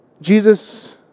Jesus